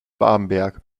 bamberg